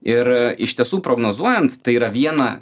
ir iš tiesų prognozuojant tai yra viena